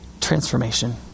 transformation